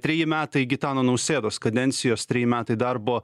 treji metai gitano nausėdos kadencijos treji metai darbo